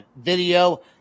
video